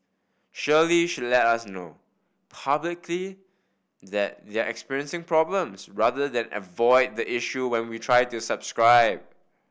surely should let us know publicly that they're experiencing problems rather than avoid the issue when we try to subscribe